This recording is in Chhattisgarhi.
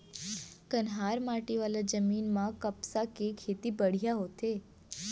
कन्हार माटी वाला जमीन म कपसा के खेती बड़िहा होथे